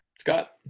Scott